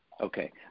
okay